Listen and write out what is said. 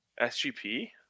SGP